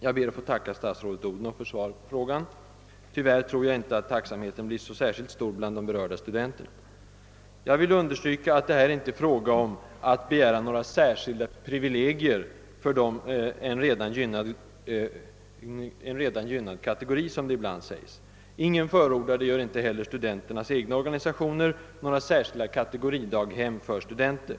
Jag ber att få tacka statsrådet Odhnoff för svaret på min fråga, men tyvärr tror jag inte att tacksamheten blir så särskilt stor bland de berörda studenterna. Jag vill understryka att det här inte är fråga om att begära några särskilda privilegier för en redan gynnad kategori — som man ibland säger. Ingen förordar — inte heller studenternas egna organisationer — några särskilda kategoridaghem för studenter.